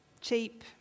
cheap